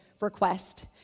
request